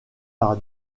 par